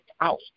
out